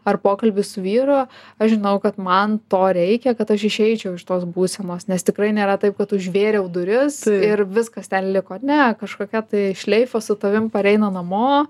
ar pokalbis su vyru aš žinau kad man to reikia kad aš išeičiau iš tos būsenos nes tikrai nėra taip kad užvėriau duris ir viskas ten liko ne kažkokia tai šleifas su tavim pareina namo